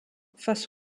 face